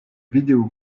vidéo